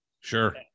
Sure